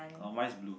oh mine is blue